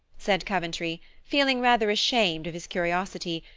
said coventry, feeling rather ashamed of his curiosity,